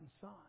son